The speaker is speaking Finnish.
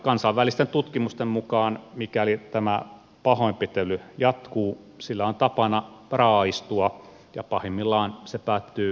kansainvälisten tutkimusten mukaan mikäli tämä pahoinpitely jatkuu sillä on tapana raaistua ja pahimmillaan se päättyy lapsen kuolemaan